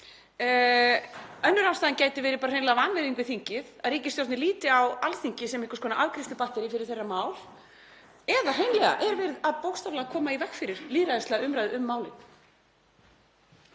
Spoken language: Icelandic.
Önnur ástæðan gæti hreinlega verið bara vanvirðing við þingið, að ríkisstjórnin líti á Alþingi sem einhvers konar afgreiðslubatterí fyrir þeirra mál, eða að hreinlega er verið bókstaflega að koma í veg fyrir lýðræðislega umræðu um málin.